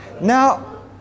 Now